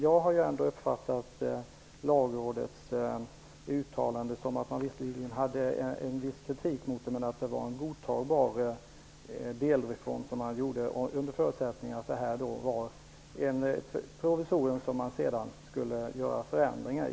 Jag har uppfattat Lagrådets uttalande så, att det fanns viss kritik mot förslaget, men att det var en godtagbar delreform -- under förutsättningen att den var ett provisorium som man sedan skulle göra förändringar i.